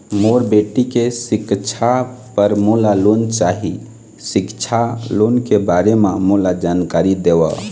मोर बेटी के सिक्छा पर मोला लोन चाही सिक्छा लोन के बारे म मोला जानकारी देव?